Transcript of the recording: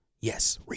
yes